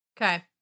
Okay